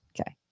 okay